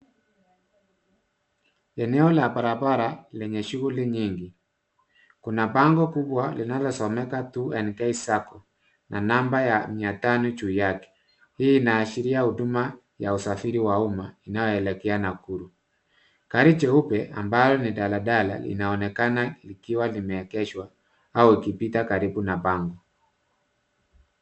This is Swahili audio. Eneo la barabara lenye shughuli nyingi. Kuna bango kubwa linalosomeka 2NK Sacco na namba ya mia tano juu yake. Hii inaashiria huduma ya usafiri wa umma, inayoelekea Nakuru. Gari jeupe ambalo ni daladala linaonekana likiwa limeegeshwa au ikipita karibu na bango.